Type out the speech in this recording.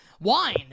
wine